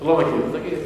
לא מכיר, תודה.